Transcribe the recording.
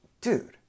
Dude